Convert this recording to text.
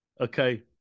Okay